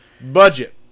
Budget